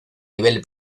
nivel